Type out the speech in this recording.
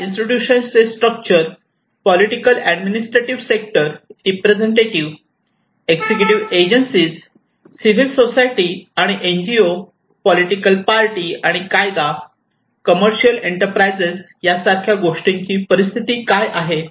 या इन्स्टिट्यूशन चे structure political administrative sector representative executive agencies civil society आणि NGO political party आणि कायदा कमर्शियल एंटरप्राइझ यासारख्या गोष्टींची परिस्थिती काय आहे